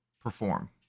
perform